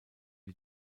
die